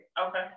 Okay